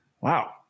Wow